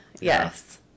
Yes